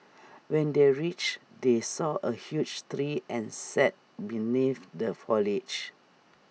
when they reached they saw A huge tree and sat beneath the foliage